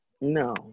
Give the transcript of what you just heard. No